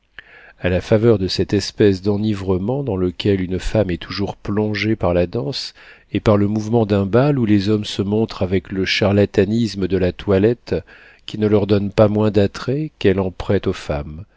a la faveur de cette espèce d'enivrement dans lequel une femme est toujours plongée par la danse et par le mouvement d'un bal où les hommes se montrent avec le charlatanisme de la toilette qui ne leur donne pas moins d'attraits qu'elle en prête aux femmes